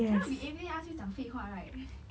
cannot be everyday ask you 讲废话